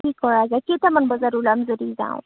কি কৰা যায় কেইটামান বজাত ওলাম যদি যাওঁ